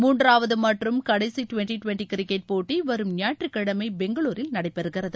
மூன்றாவது மற்றும் கடைசி டிவென்டி டிவென்டி கிரிக்கெட் போட்டி வரும் குாயிற்றுக்கிழமை பெங்களூரில் நடைபெறுகிறது